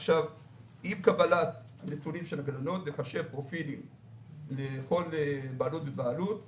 עם קבלת הנתונים של הגננות נחשב פרופיל לכל בעלות ובעלות.